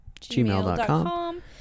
gmail.com